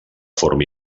forma